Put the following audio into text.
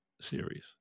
series